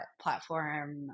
platform